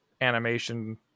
animation